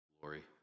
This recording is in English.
glory